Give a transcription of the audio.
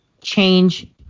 change